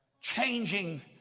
Changing